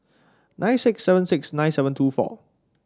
nine six seven six nine seven two four